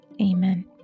Amen